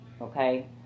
okay